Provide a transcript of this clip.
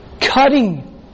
cutting